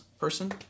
person